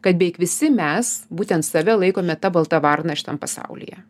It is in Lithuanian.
kad beveik visi mes būtent save laikome ta balta varna šitam pasaulyje